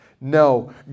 No